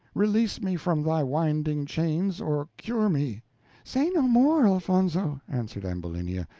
release me from thy winding chains or cure me say no more, elfonzo, answered ambulinia,